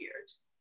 years